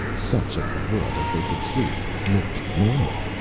such of the world as they could see looked normal.